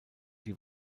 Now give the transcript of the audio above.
die